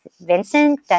vincent